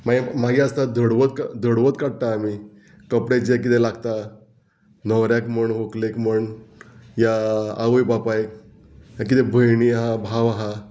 मागीर मागीर आसता धडवत धडवत काडटा आमी कपडे जे किदें लागता न्हवऱ्याक म्हण व्हंकलेक म्हण या आवय बापायक कितें भयणी आहा भाव आहा